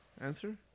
answer